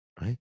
Right